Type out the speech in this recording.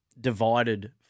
divided